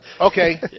Okay